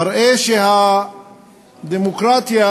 ומראה שהדמוקרטיה,